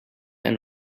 amb